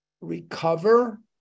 recover